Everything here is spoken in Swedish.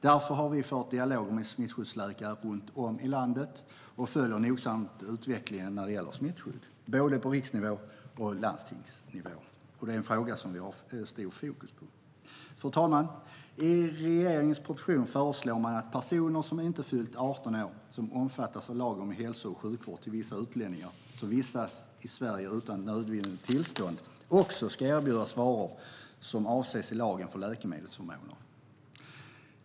Därför har vi fört dialog med smittskyddsläkare runt om i landet och följer nogsamt utvecklingen när det gäller smittskydd, både på riksnivå och på landstingsnivå. Detta en fråga som vi har stort fokus på. Fru talman! I regeringens proposition föreslås att personer som inte fyllt 18 år, som omfattas av lagen om hälso och sjukvård till vissa utlänningar som vistas i Sverige utan nödvändiga tillstånd, också ska erbjudas varor som omfattas av lagen om läkemedelsförmåner.